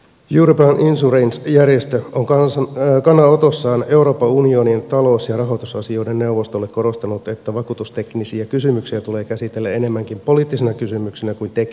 european insurance järjestö on kannanotossaan euroopan unionin talous ja rahoitusasioiden neuvostolle korostanut että vakuutusteknisiä kysymyksiä tulee käsitellä enemmänkin poliittisina kysymyksinä kuin teknisinä